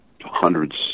hundreds